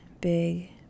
big